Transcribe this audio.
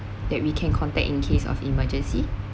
that we can contact in case of emergency